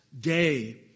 day